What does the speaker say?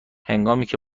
هنگامیکه